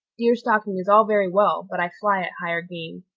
deer stalking is all very well, but i fly at higher game.